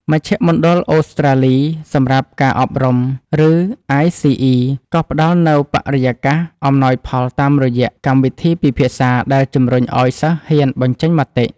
មជ្ឈមណ្ឌលអូស្រ្តាលីសម្រាប់ការអប់រំ ឬ អាយ-ស៊ី-អ៊ី ក៏ផ្ដល់នូវបរិយាកាសអំណោយផលតាមរយៈកម្មវិធីពិភាក្សាដែលជម្រុញឱ្យសិស្សហ៊ានបញ្ចេញមតិ។